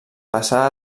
passà